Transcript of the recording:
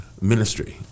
ministry